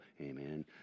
amen